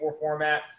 format